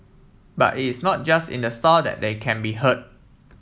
but it's not just in the store that they can be heard